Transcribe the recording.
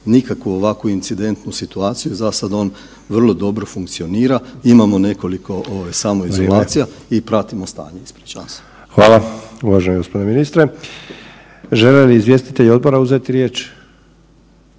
nikakvu ovakvu incidentnu situaciju, zasada on vrlo dobro funkcionira. Imamo nekoliko samoizolacija i pratimo stanje. **Sanader, Ante (HDZ)** Hvala uvaženi gospodine ministre. Žele li izvjestitelji odbora uzeti riječ?